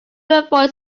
avoid